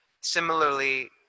Similarly